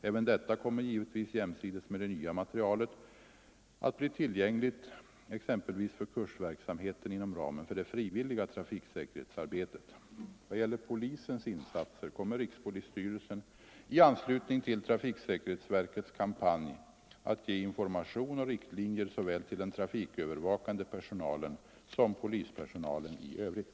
Även detta kommer givetvis - jämsides med det nya materialet — att bli tillgängligt, exempelvis för kursverksamheten inom ramen för det frivilliga trafiksäkerhetsarbetet. Vad gäller polisens insatser kommer rikspolisstyrelsen i anslutning till trafiksäkerhetsverkets kampanj att ge information och riktlinjer till såväl den trafikövervakande personalen som polispersonalen i övrigt.